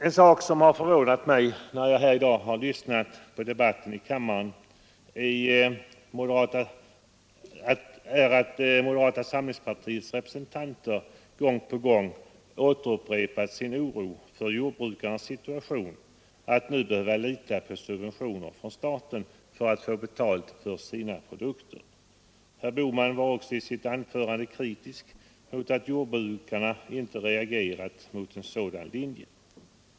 En sak som har förvånat mig när jag i dag har lyssnat till debatten i kammaren är att moderata samlingspartiets representanter gång på gång har upprepat sin oro för jordbrukarnas situation att nu behöva lita till subventioner från staten för att få betalt för sina produkter. Herr Bohman var också i sitt anförande kritisk mot att jordbrukarna inte reagerat mot en sådan linje.